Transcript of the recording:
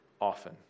often